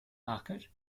market